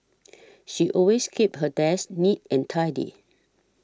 she always keeps her desk neat and tidy